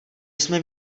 jsme